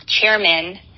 chairman